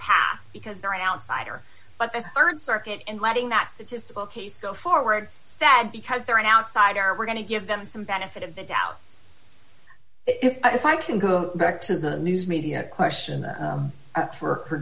path because they're an outsider but the rd circuit and letting that statistical case go forward said because they're an outsider we're going to give them some benefit of the doubt if i can go back to the news media question for